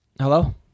Hello